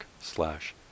slash